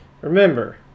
remember